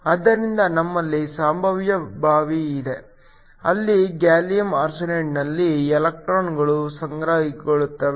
ಆದ್ದರಿಂದ ನಮ್ಮಲ್ಲಿ ಸಂಭಾವ್ಯ ಬಾವಿ ಇದೆ ಅಲ್ಲಿ ಗ್ಯಾಲಿಯಂ ಆರ್ಸೆನೈಡ್ನಲ್ಲಿ ಎಲೆಕ್ಟ್ರಾನ್ಗಳು ಸಂಗ್ರಹಗೊಳ್ಳುತ್ತವೆ